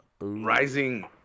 Rising